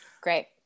Great